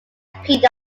peanuts